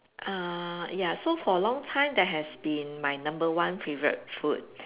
uh ya so for long time that has been my number one favourite food